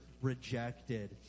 rejected